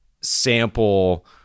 sample